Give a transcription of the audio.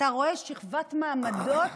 אתה רואה שכבת מעמדות